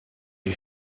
you